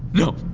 no!